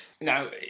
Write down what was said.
Now